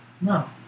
No